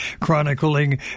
chronicling